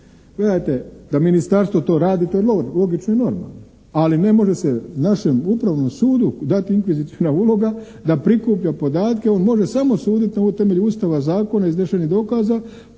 Gledajte, da ministarstvo to radi to je logično i normalno, ali ne može se našem upravnom sudu dati inkviziciona uloga da prikuplja podatke. On može samo suditi na temelju Ustava, zakona, iznešenih dokaza